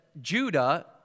Judah